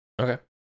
Okay